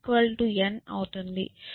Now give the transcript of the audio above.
k n అవుతుంది